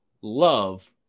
love